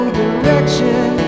direction